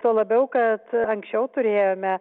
tuo labiau kad anksčiau turėjome